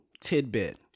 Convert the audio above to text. tidbit